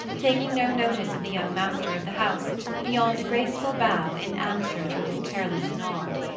taking no notice of the young master of the house, beyond a graceful bow in answer to his careless nod.